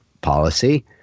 policy